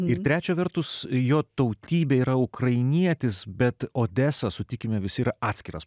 ir trečia vertus jo tautybė yra ukrainietis bet odesą sutikime visi ir atskiras